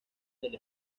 del